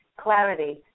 clarity